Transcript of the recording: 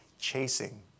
chasing